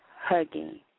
hugging